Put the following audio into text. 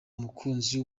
umukunzi